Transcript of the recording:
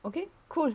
okay cool